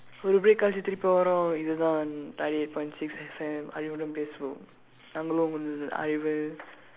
ஒரு:oru break கழிச்சு திருப்பி வருவோம் இதுதான்:kazhichsu thiruppi varuvoom ithuthaan ninety eight point six F_M அறிவுடன் பேசும்வோம் நாங்கள் உங்கள் அறிவு:arivudan peesuvoom naangkal ungkal arivu